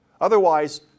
Otherwise